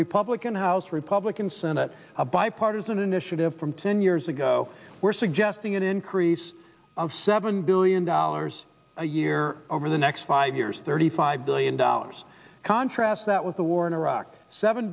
republican house republican senate a bipartisan initiative from ten years ago were suggesting an increase of seven billion dollars a year over the next five years thirty five billion dollars contrast that with the war in iraq seven